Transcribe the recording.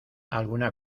alguna